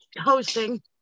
hosting